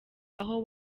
aho